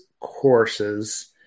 courses